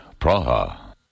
Praha